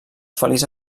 feliç